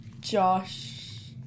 Josh